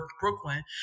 Brooklyn